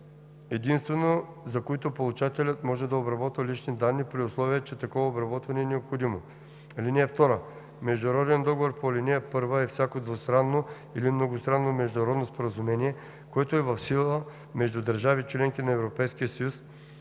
единствено, за които получателят може да обработва личните данни, при условие че такова обработване е необходимо. (2) Международен договор по ал. 1 е всяко двустранно или многостранно международно споразумение, което е в сила между държави – членки на Европейския съюз,